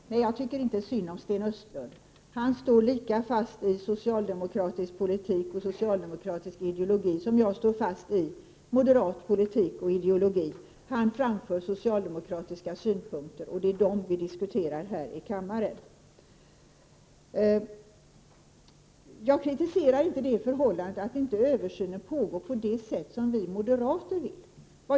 Herr talman! Jag tycker inte synd om Sten Östlund. Han står lika fast i socialdemokratisk politik och ideologi som jag i moderat politik och ideologi. Han framför socialdemokratiska synpunkter, och det är dem vi diskuterar här i kammaren. Jag kritiserar inte det förhållandet att översynen inte pågår på det sätt som vi moderater vill.